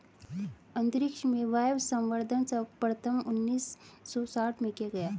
अंतरिक्ष में वायवसंवर्धन सर्वप्रथम उन्नीस सौ साठ में किया गया